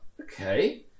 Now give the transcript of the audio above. okay